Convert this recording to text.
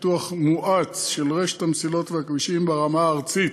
פיתוח מואץ של רשת המסילות והכבישים ברמה הארצית,